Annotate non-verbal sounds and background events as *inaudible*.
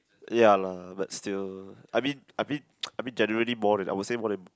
ya lah but still I mean I mean *noise* I mean generally more than I would say more than